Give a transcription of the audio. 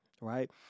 Right